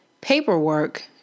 paperwork